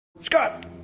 Scott